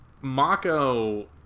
Mako